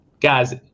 guys